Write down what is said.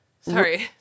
sorry